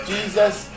Jesus